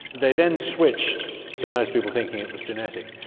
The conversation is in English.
they then switched to most people thinking it was genetic.